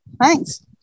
thanks